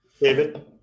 David